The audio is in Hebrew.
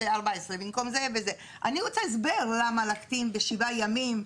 14. אני רוצה הסבר למה להקטין ב-7 ימים,